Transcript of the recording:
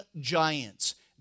giants